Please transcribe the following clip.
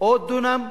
בעוד דונם,